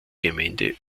gemeinde